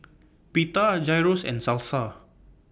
Pita Gyros and Salsa